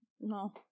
No